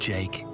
Jake